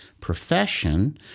profession